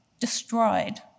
destroyed